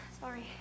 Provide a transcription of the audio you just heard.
Sorry